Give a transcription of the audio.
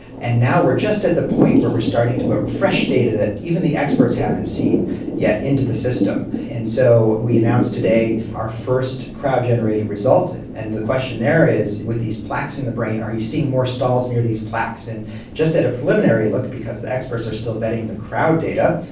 and now we are just at the point where we are starting to put fresh data that even the experts haven't seen yet into the system. and so we announced today our first crowd generated result, and the question there is with these plaques in the brain, are you seeing more stalls near these plaques. and just at a preliminary look, because the experts are still vetting the crowd data,